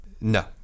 No